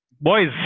Boys